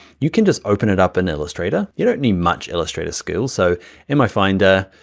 you can just open it up in illustrator. you don't need much illustrator skills. so in my finder,